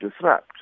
disrupt